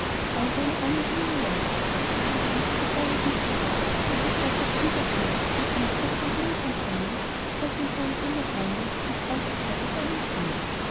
deine ahnen hungerleider und ist so frag ich nicht sogar für unsres herrschers schwiegersohn ein prinz noch von zu niedrem stande falls er in seinem heimatlande nicht aussicht hat auf einen thron